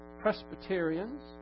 Presbyterians